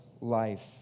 life